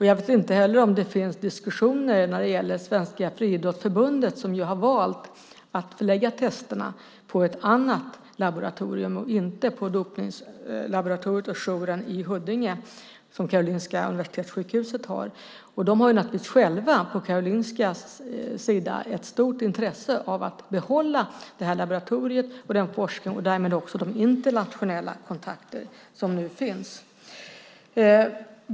Jag vet inte om det sker diskussioner när det gäller Svenska Friidrottsförbundet, som har valt att utföra testerna på ett annat laboratorium och inte på dopningslaboratoriet och jouren i Huddinge, som Karolinska universitetssjukhuset har. De har naturligtvis själva på Karolinskas sida ett stort intresse av att behålla laboratoriet och forskningen och därmed också de internationella kontakter som nu finns.